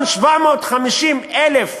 1.75 מיליון